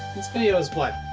this video is what,